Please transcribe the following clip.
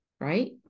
Right